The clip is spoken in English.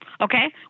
Okay